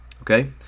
okay